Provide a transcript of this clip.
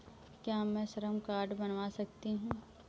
क्या मैं श्रम कार्ड बनवा सकती हूँ?